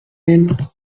même